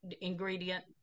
ingredient